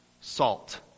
salt